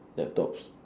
laptops